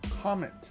comment